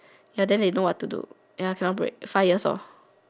ya then they know what to do ya cannot break five years lor